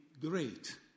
great